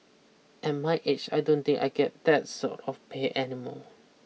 and my age I don't think I can get that sort of pay any more